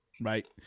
right